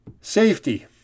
Safety